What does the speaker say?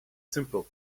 simple